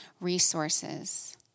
resources